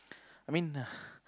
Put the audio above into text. I mean